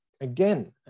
again